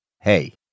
Hey